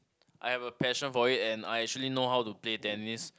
I have a passion for it and I actually know how to play tennis